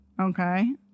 Okay